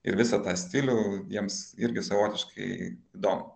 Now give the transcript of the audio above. ir visą tą stilių jiems irgi savotiškai įdomu